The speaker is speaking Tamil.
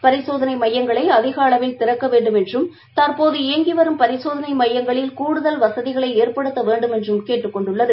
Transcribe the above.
பரிசோதனைமையங்களைஅதிகஅளவில் திறக்கவேண்டுமென்றம் தற்போது இயங்கிவரும் பரிசோதனைமையங்களில் கூடுதல் வசதிகளைஏற்படுத்தவேண்டுமென்றும் கேட்டுக் கொண்டுள்ளது